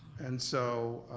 and so,